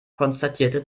konstatierte